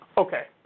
Okay